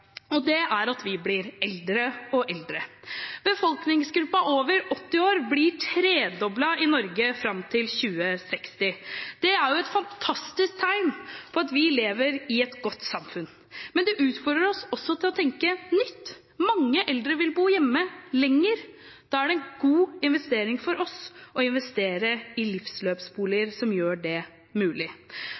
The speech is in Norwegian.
og det er at vi blir eldre og eldre. Befolkningsgruppen over 80 år blir tredoblet i Norge fram til 2060. Det er jo et fantastisk tegn på at vi lever i et godt samfunn, men det utfordrer oss også til å tenke nytt. Mange eldre vil bo hjemme lenger, og da er det en god investering for oss å investere i livsløpsboliger som gjør det mulig.